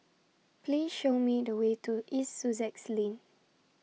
Please Show Me The Way to East Sussex Lane